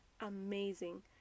amazing